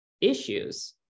issues